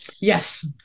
yes